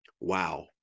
Wow